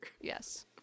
Yes